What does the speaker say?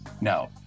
No